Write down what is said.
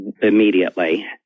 immediately